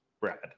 Brad